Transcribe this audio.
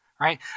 Right